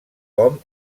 com